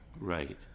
Right